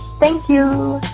thank you